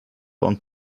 und